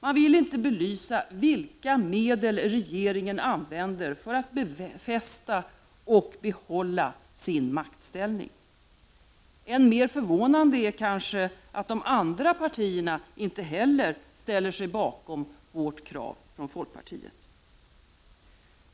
Man vill inte belysa vilka medel regeringen använder för att befästa och behålla sin maktställning. Än mer förvånande är det kanske att de andra partierna inte heller ställer sig bakom folkpartiets krav.